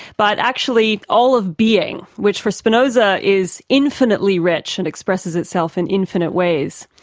but actually all of being, which for spinoza is infinitely rich and expresses itself in infinite ways.